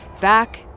back